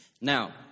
Now